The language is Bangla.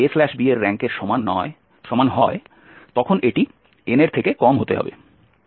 b এর র্যাঙ্কের সমান হয় তখন এটি n এর থেকে কম হতে হবে